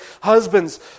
Husbands